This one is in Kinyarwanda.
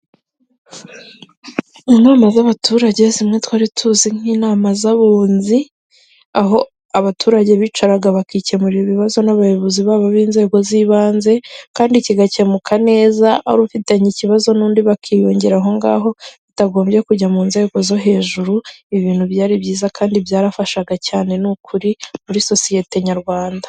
Inama z'abaturage zimwe twari tuzi nk'inama z'abunzi aho abaturage bicaraga bakikemurarira ibibazo n'abayobozi babo b'inzego z'ibanze kandi kigakemuka neza ari ufitanye ikibazo n'undi bakiyungira aho ngaho bitagombye kujya mu nzego zo hejuru, ibintu byari byiza kandi byarafashaga cyane ni ukuri muri sosiyete nyarwanda.